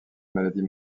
maladie